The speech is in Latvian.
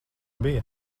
bija